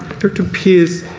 dr pearce,